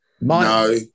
No